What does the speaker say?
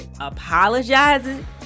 apologizing